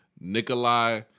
Nikolai